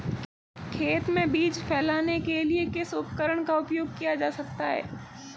खेत में बीज फैलाने के लिए किस उपकरण का उपयोग किया जा सकता है?